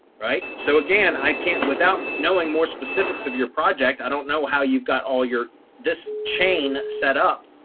right. so again, i can't without knowing more specifics of your project. i don't know how you've got all your this chain set up.